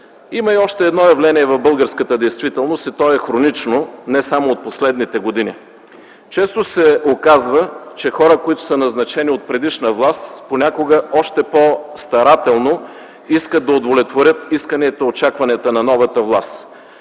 Има и още едно явление в българската действителност не само от последните години. И то е хронично. Често се оказва, че хора, които са назначени от предишна власт, понякога още по-старателно искат да удовлетворят исканията и очакванията на новата власт.